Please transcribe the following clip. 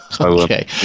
okay